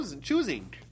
choosing